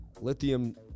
lithium